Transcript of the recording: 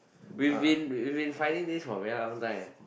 we've been we've been finding this for very long time